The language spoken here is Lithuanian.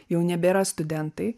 jau nebėra studentai